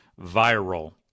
viral